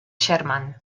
sherman